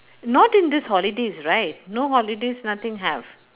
not in this holidays right no holidays nothing have